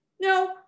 No